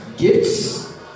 Gifts